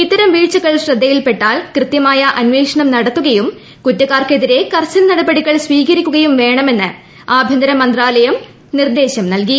ഇത്തരം വീഴ്ചകൾ ശ്രദ്ധയിൽപ്പെട്ടാൽ കൃത്യമായ അന്വേഷണം നടത്തുകയും കുറ്റക്കാർക്കെതിരെ കർശന നടപടികൾ സ്വീകരിക്കുകയും വേണമെന്ന് ആഭ്യന്തര മന്ത്രാലയം നിർദേശം നൽകി